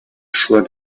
choix